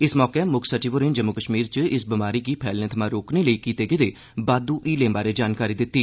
इस मौके मुक्ख सचिव होरें जम्मू कश्मीर च बमारी गी फैलने थमां रोकने लेई कीते गेदे बाद्दू हीलें बारै जानकारी दित्ती